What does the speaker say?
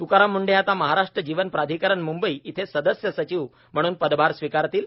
तुकाराम मुंढे आता महाराष्ट्र जीवन प्राधिकरण मुंबई इथे सदस्य सचिव म्हणून पदभार स्वीकारतील